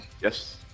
Yes